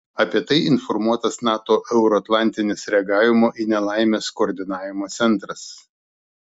apie tai informuotas nato euroatlantinis reagavimo į nelaimes koordinavimo centras